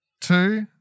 Two